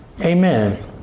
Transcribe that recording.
Amen